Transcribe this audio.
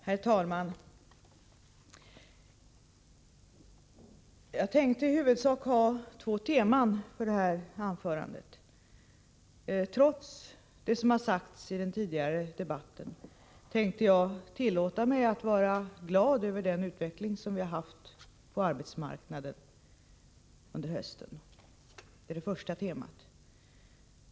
Herr talman! Jag tänkte i huvudsak ha två teman för det här anförandet. Trots det som har sagts i den tidigare debatten tänkte jag tillåta mig att vara glad över den utveckling som vi har haft på arbetsmarknaden under hösten. Det är det första temat.